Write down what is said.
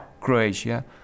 Croatia